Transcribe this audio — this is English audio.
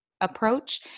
approach